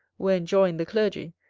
were enjoined the clergy,